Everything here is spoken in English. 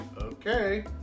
Okay